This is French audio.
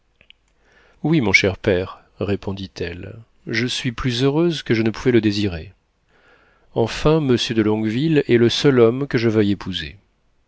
oui mon cher père répondit-elle je suis plus heureuse que je ne pouvais le désirer enfin monsieur de longueville est le seul homme que je veuille épouser